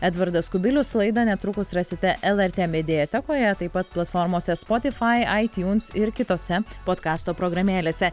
edvardas kubilius laidą netrukus rasite lrt mediatekoje taip pat platformose spotifai aitiuns ir kitose podkasto programėlėse